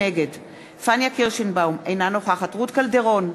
נגד פניה קירשנבאום, אינה נוכחת רות קלדרון,